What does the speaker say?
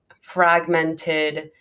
fragmented